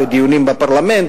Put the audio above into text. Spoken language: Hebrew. דיונים בפרלמנט,